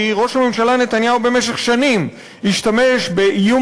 כי ראש הממשלה נתניהו במשך שנים השתמש באיום